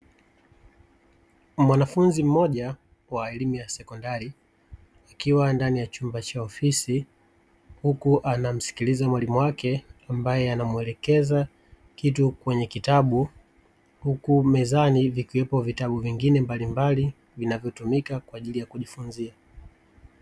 Mwanafunzi mmoja wa elimu ya sekondari akiwa ndani ya chumba cha ofisi huku anamsikiliza mwalimu wake ambae anamuelekeza kitu kwenye kitabu, huku mezani vikiwepo vitabu vingine mbalimbali vinavyotumika kwa ajili ya kujifunzia.